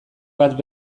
bat